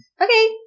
Okay